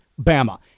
Bama